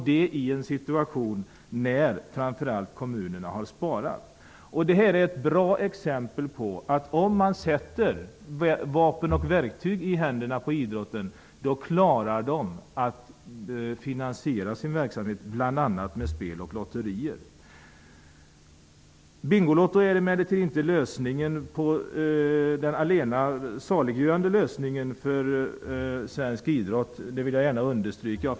Detta har skett i ett läge där kommunerna har sparat. Detta är ett bra exempel på att om man sätter vapen och verktyg i händerna på idrottsrörelsen, klarar de att finansiera sin verksamhet bl.a. med hjälp av spel och lotterier. Bingolotto är emellertid inte den allena saliggörande lösningen för svensk idrott. Jag vill gärna understryka detta.